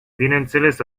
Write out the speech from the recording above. bineînțeles